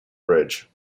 bridge